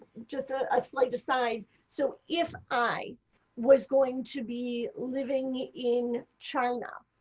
just a slight aside, so if i was going to be living in china